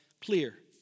clear